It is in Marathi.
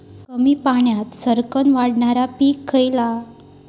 कमी पाण्यात सरक्कन वाढणारा पीक खयला?